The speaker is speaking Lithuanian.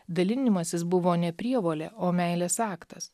dalinimasis buvo ne prievolė o meilės aktas